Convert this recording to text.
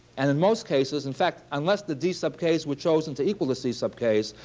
and in most cases in fact, unless the d sub k's were chosen to equal the c sub k's,